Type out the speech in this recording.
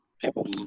people